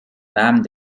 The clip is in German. namen